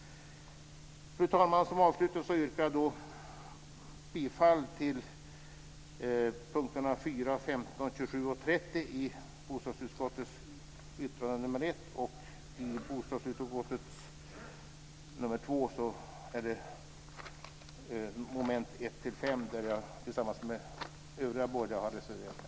Fru talman! Som avslutning yrkar jag bifall till reservationerna 4, 15, 27 och 30 i bostadsutskottets betänkande nr 1. Vad gäller bostadsutskottets betänkande nr 2 har jag tillsammans med övriga borgerliga reserverat mig vad gäller momenten 1-5, och jag yrkar alltså bifall till reservation 1.